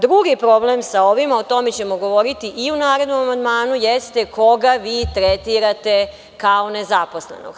Drugi problem sa ovim, o tome ćemo govoriti i u narednom amandmanu, jeste koga vi tretirate kao nezaposlenog.